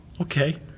okay